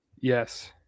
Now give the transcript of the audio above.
Yes